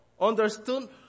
understood